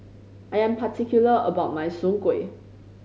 I am particular about my Soon Kuih